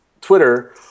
Twitter